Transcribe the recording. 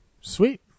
Sweet